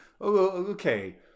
okay